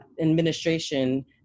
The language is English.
administration